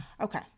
Okay